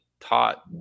taught